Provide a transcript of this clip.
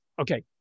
okay